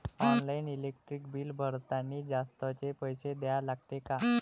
Online electric bill भरतानी जास्तचे पैसे द्या लागते का?